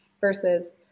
versus